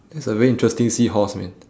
that's a very interesting seahorse man